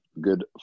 Good